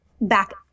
back